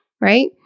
right